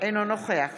אינו נוכח